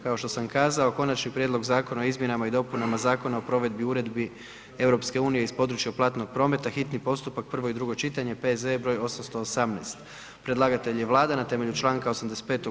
Kao što sam kazao: - Konačni prijedlog Zakona o izmjenama i dopunama Zakona o provedbi uredbi EU iz područja platnog prometa, hitni postupak, prvo i drugo čitanje, P.Z.E., br. 818 Predlagatelj je Vlada RH na temelju članka 85.